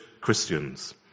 Christians